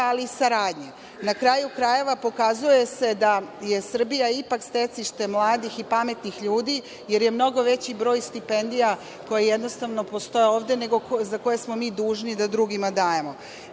ali i saradnje. Na kraju krajeva, pokazuje se da je Srbija ipak stecište mladih i pametnih ljudi, jer je mnogo veći broj stipendija koje jednostavno postoje ovde, nego za koje smo mi dužni da drugima dajemo. Ono